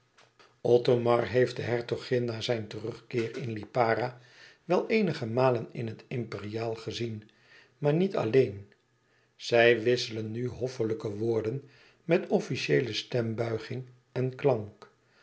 othomar heeft de hertogin na zijn terugkeer in lipara wel eenige malen in het imperiaal gezien maar niet alleen zij wisselen nu hoffelijke woorden met officieele stembuiging en klank